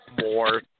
more